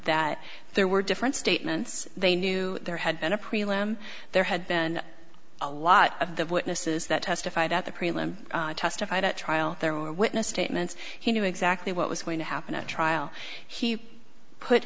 that there were different statements they knew there had been a prelim there had been a lot of the witnesses that testified at the prelim testified at trial there were witness statements he knew exactly what was going to happen at trial he put